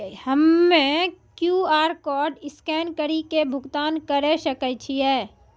हम्मय QR code scan कड़ी के भुगतान करें सकय छियै?